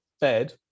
bed